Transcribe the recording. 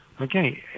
Okay